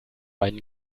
einen